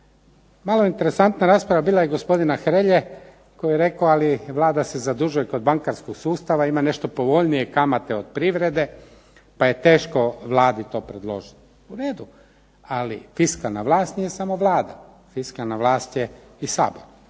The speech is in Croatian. Malo je interesantna rasprava bila i gospodina Hrelje koji je rekao ali Vlada se zadužuje kod bankarskog sustava, ima nešto povoljnije kamate od privrede, pa je teško Vladi to predložiti. U redu, ali fiskalna vlast nije samo Vlada. Fiskalna vlast je i Sabor.